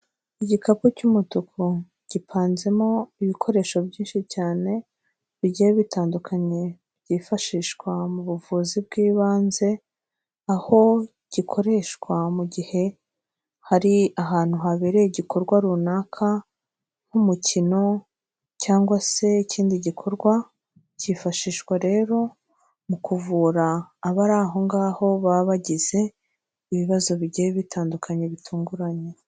Igikapu cy'umutuku gipanzemo ibikoresho byinshi cyane bigiye bitandukanye byifashishwa mu buvuzi bw'ibanze, aho gikoreshwa mu gihe hari ahantu habereye igikorwa runaka nk'umukino cyangwa se ikindi gikorwa, cyifashishwa rero mu kuvura abari aho ngaho baba bagize ibibazo bigiye bitandukanye bitunguranye.